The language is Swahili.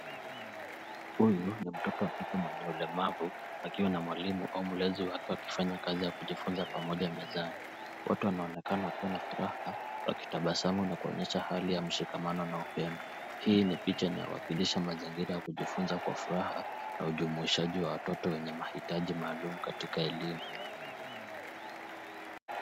Huyu ni mtoto wa kike mwenye ulemavu akiwa na mwalimu au mlezi wake wakifanya kazi ya kujifunza pamoja mezani. Wote wanaonekana wakiwa na furaha, wakitabasamu na kuonyesha hali ya mshikamano na upendo. Hii ni picha inawakilisha mazingira ya kujifunza kwa furaha, na ujumuishaji wa watoto wenye mahitaji maalum katika elimu.